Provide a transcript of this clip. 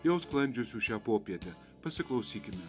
jau sklandžiusių šią popietę pasiklausykime